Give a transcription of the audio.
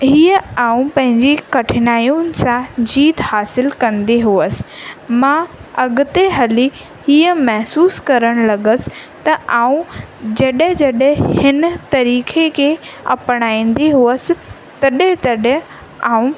हीअं आउं पंहिंजी कठिनायूनि सां जीत हासिलु कंदी हुअसि मां अॻिते हली हीअं महिसूसु करणु लॻसि त आउं जॾहिं जॾहिं हिन तरीक़े खे अपिनाईंदी हुअसि तॾहिं तॾहिं आउं